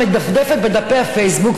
מדפדפת בדפי הפייסבוק,